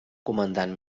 comandant